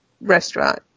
restaurant